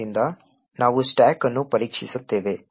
ಆದ್ದರಿಂದ ನಾವು ಸ್ಟಾಕ್ ಅನ್ನು ಪರೀಕ್ಷಿಸುತ್ತೇವೆ